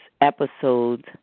episode